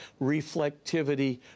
reflectivity